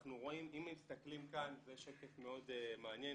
זה שקף מאוד מעניין,